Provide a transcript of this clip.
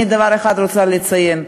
דבר אחד אני רוצה לציין.